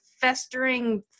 festering